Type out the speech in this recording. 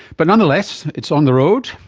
but nonetheless it's on the road,